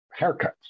haircuts